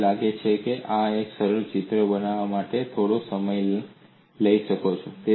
મને લાગે છે કે તમે આ સરસ ચિત્ર બનાવવા માટે થોડો સમય લઈ શકો છો